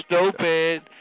stupid